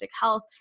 health